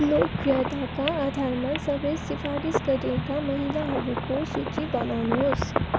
लोकप्रियताका आधारमा सबै सिफारिस गरिएका महिलाहरूको सूची बनाउनुहोस्